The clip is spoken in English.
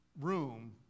room